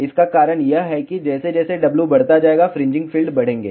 इसका कारण यह है कि जैसे जैसे W बढ़ता जाएगा फ्रिंजिंग फील्ड बढ़ेंगे